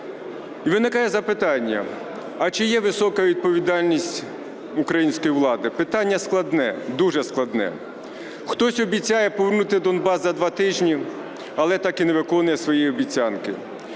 Виникає запитання: а чи є висока відповідальність в української влади? Питання складне, дуже складне. Хтось обіцяє повернути Донбас за два тижні, але так і не виконує своєї обіцянки.